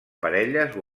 parelles